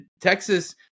Texas